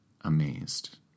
amazed